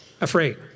afraid